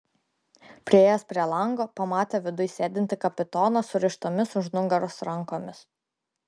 priėjęs prie lango pamatė viduj sėdintį kapitoną surištomis už nugaros rankomis